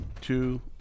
two